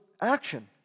action